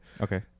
okay